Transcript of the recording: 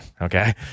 okay